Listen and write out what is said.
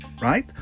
right